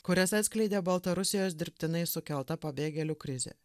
kurias atskleidė baltarusijos dirbtinai sukelta pabėgėlių krizė